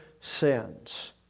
sins